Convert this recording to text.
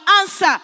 answer